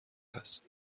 است